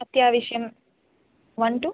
അത്യാവശ്യം one to